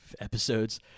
episodes